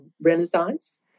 renaissance